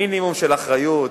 מינימום של אחריות,